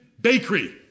bakery